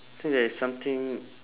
think there is something